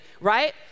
right